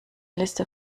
liste